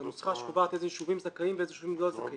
את הנוסחה שקובעת איזה ישובים זכאים ואיזה ישובים לא זכאים.